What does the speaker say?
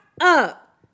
up